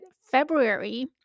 February